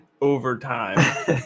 overtime